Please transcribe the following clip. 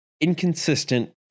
inconsistent